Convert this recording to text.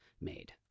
made